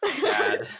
Sad